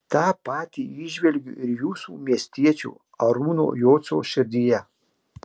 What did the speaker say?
tą patį įžvelgiu ir jūsų miestiečio arūno jocio širdyje